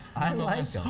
i like them.